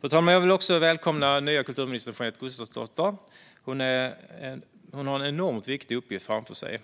Fru talman! Jag vill välkomna den nya kulturministern Jeanette Gustafsdotter. Hon har en enormt viktig uppgift framför sig.